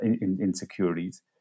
insecurities